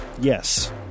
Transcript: Yes